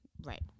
Right